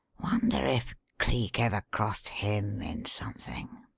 wonder if cleek ever crossed him in something?